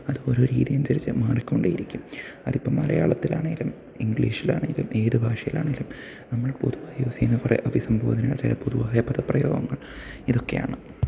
അത് ഓരോ രീതിയനുസരിച്ച് മാറിക്കൊണ്ടേയിരിക്കും അതിപ്പം മലയാളത്തിലാണെങ്കിലും ഇംഗ്ലീഷിലാണെങ്കിലും ഏത് ഭാഷയിലാണെങ്കിലും നമ്മൾ പൊതുവായി യൂസ് ചെയ്യുന്ന കുറേ അഭിസംബോധനകൾ ചില പൊതുവായ പദപ്രയോഗങ്ങൾ ഇതൊക്കെയാണ്